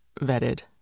vetted